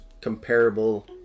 comparable